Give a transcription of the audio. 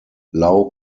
lau